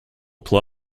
club